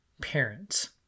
parents